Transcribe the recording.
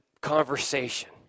conversation